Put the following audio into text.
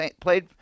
played